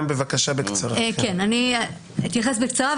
אני אתייחס בקצרה,